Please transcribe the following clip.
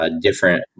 Different